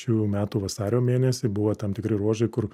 šių metų vasario mėnesį buvo tam tikri ruožai kur